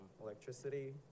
electricity